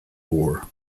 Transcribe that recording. war